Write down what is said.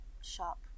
shop